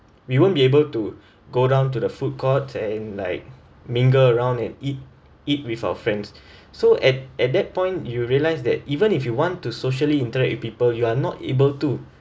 we won't be able to go down to the food court and like mingle around and eat eat with our friends so at at that point you realise that even if you want to socially interact with people who are not able to